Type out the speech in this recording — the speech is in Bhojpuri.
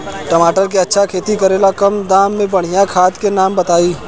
टमाटर के अच्छा खेती करेला कम दाम मे बढ़िया खाद के नाम बताई?